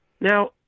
Now